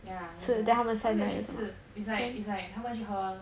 yeah 他们没有去吃 its like it's like 他们去喝